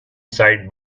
sight